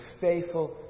faithful